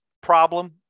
problem